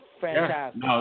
Fantastic